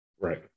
Right